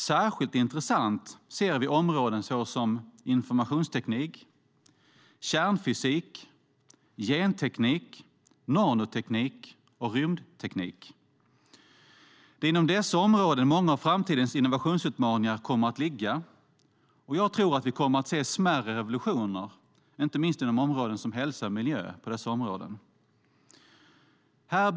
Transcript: Särskilt intressant ser vi områden som informationsteknik, kärnfysik, genteknik, nanoteknik och rymdteknik. Det är inom dessa områden många av framtidens innovationsutmaningar kommer att ligga, och jag tror att vi kommer att se smärre revolutioner inte minst inom områden som hälsa och miljö när det gäller dessa fält.